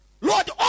Lord